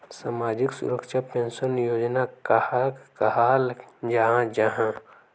सामाजिक सुरक्षा पेंशन योजना कहाक कहाल जाहा जाहा?